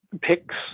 picks